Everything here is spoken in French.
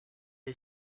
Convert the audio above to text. est